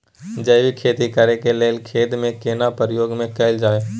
जैविक खेती करेक लैल खेत के केना प्रयोग में कैल जाय?